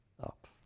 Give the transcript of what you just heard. up